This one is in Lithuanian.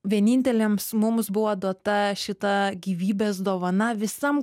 vieninteliams mums buvo duota šita gyvybės dovana visam